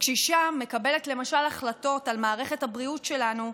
כשאישה מקבלת החלטות על מערכת הבריאות שלנו,